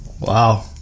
Wow